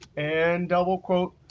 and double quote,